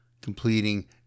Completing